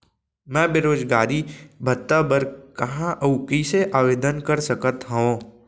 मैं बेरोजगारी भत्ता बर कहाँ अऊ कइसे आवेदन कर सकत हओं?